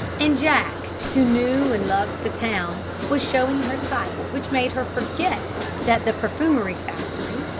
and jack, who knew and loved the town, was showing her sights which made her forget that the perfumerie factory,